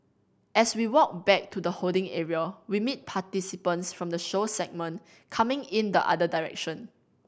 as we walk back to the holding area we meet participants from the show segment coming in the other direction